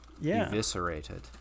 eviscerated